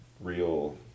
real